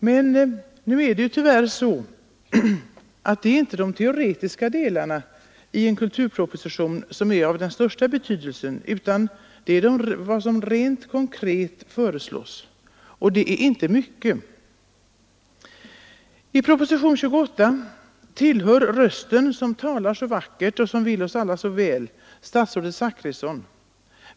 Men nu är det tyvärr inte de teoretiska delarna i en kulturproposition som är av den största betydelsen, utan vad som rent konkret föreslås, och det är inte mycket. I propositionen 28 tillhör rösten, som talar så vackert och som vill oss, alla så väl, statsrådet Zachrisson.